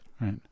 Right